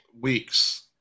weeks